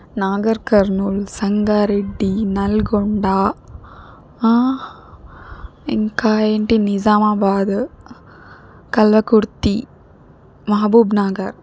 నాగర్ కర్నూల్ సంగారెడ్డి నల్గొండ ఇంకా ఏంటి నిజామాబాదు కల్వకుర్తి మహబూబ్ నగర్